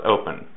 open